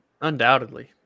Undoubtedly